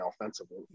offensively